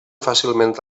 fàcilment